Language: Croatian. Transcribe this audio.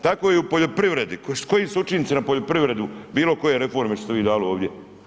Tako je i u poljoprivredi, koji su učinci na poljoprivredu bilo koje reforme što ste vi dali ovdje.